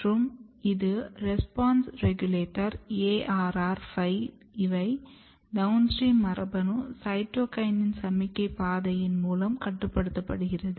மற்றும் இது response regulator ARR 5 இவை டவுன்ஸ்ட்ரீம் மரபணு சைட்டோகினின் சமிக்ஞை பாதையின் மூலம் கட்டுப்படுத்தப்படுகிறது